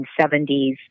1970s